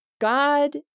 God